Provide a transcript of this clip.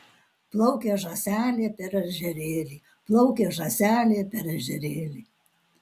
plaukė žąselė per ežerėlį plaukė žąselė per ežerėlį